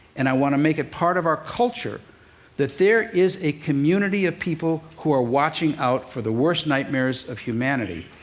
and i want to make it part of our culture that there is a community of people who are watching out for the worst nightmares of humanity,